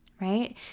Right